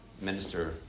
minister